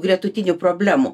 gretutinių problemų